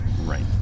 right